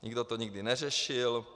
Nikdo to nikdy neřešil.